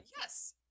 yes